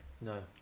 No